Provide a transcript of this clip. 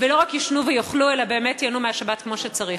ולא רק יישנו ויאכלו אלא באמת ייהנו מהשבת כמו שצריך.